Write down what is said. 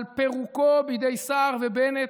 על פירוקו בידי סער ובנט,